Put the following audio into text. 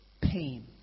pain